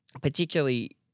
particularly